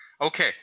Okay